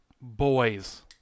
Boys